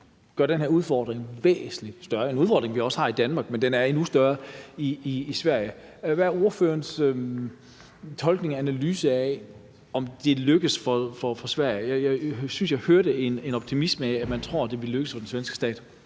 gør den her udfordring væsentlig større. Det er en udfordring, vi også har i Danmark, men den er endnu større i Sverige. Hvad er ordførerens tolkning og analyse, i forhold til om det er lykkedes for Sverige? Jeg synes, jeg hørte, at man er optimistisk og tror, at det vil lykkes for den svenske stat.